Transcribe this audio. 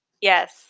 Yes